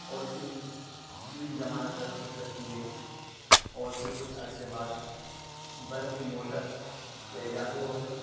اور پھر یونہی زمانہ ترقی کرتی گئی اور پھر کچھ عرصہ بعد برقی موٹر کا ایجاد ہو گیا